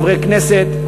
חברי כנסת,